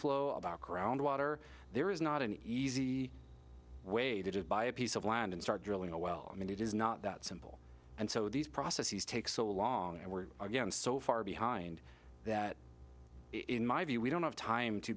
flow about groundwater there is not an easy way to buy a piece of land and start drilling a well i mean it is not that simple and so these processes take so long and we're getting so far behind that in my view we don't have time to